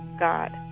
god